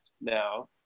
now